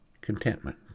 contentment